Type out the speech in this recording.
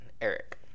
Eric